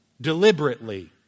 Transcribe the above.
deliberately